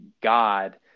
God